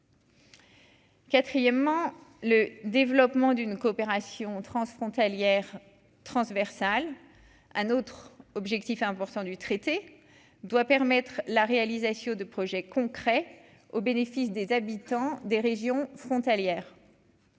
Quatrièmement, le développement d'une coopération transfrontalière transversale, un autre objectif 1 % du traité doit permettre la réalisation de projets concrets au bénéfice des habitants des régions frontalières,